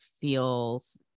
feels